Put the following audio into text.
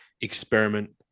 experiment